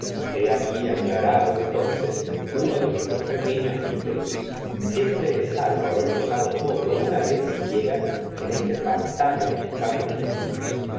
he aquí aclarado entonces uno da nuestros ne oa algo haber so fondo una vez siquiera en este pantano en oue estamos metidos